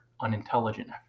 unintelligent